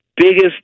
biggest